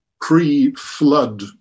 pre-flood